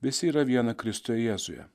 visi yra viena kristuje jėzuje